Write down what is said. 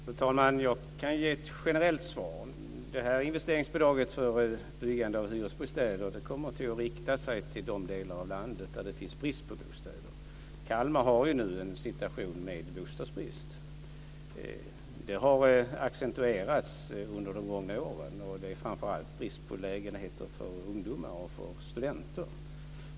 Fru talman! Jag kan ge ett generellt svar. Investeringsbidraget för byggande av hyresbostäder kommer att rikta sig till de delar av landet där det finns brist på bostäder. Kalmar har nu en situation med bostadsbrist. Det har accentuerats under de gångna åren, och det är framför allt brist på lägenheter för ungdomar och för studenter.